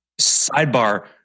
sidebar